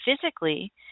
physically